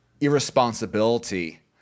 irresponsibility